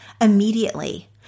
immediately